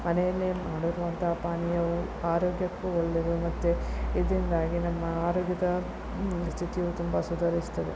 ಮನೆಯಲ್ಲೇ ಮಾಡಿರುವಂತಹ ಪಾನೀಯವು ಆರೋಗ್ಯಕ್ಕೂ ಒಳ್ಳೆಯದು ಮತ್ತು ಇದರಿಂದಾಗಿ ನಮ್ಮ ಆರೋಗ್ಯದ ಸ್ಥಿತಿಯು ತುಂಬ ಸುಧಾರಿಸ್ತದೆ